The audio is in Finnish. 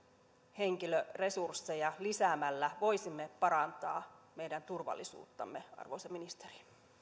henkilöresursseja lisäämällä voisimme parantaa meidän turvallisuuttamme arvoisa ministeri